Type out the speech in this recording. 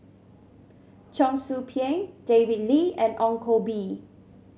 Cheong Soo Pieng David Lee and Ong Koh Bee